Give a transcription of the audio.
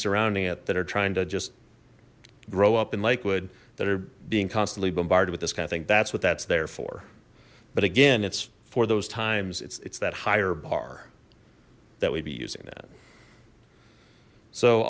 surrounding it that are trying to just grow up in lakewood that are being constantly bombarded with this kind of thing that's what that's there for but again it's for those times it's it's that higher bar that we'd be using that so